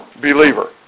believer